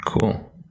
Cool